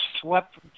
swept